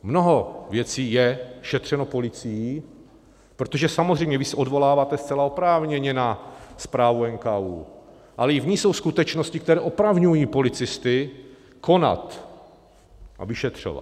Mnoho věcí je šetřeno policií, protože samozřejmě se odvoláváte zcela oprávněně na zprávu NKÚ, ale i v ní jsou skutečnosti, které opravňují policisty konat a vyšetřovat.